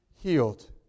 healed